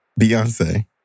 Beyonce